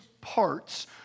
parts